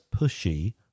pushy